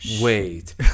wait